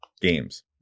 games